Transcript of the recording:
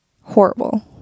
Horrible